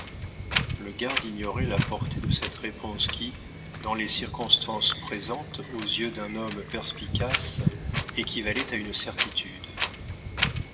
le garde ignorait la portée de cette réponse qui dans les circonstances présentes aux yeux d'un homme perspicace équivalait à une certitude